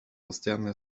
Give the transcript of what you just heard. постоянной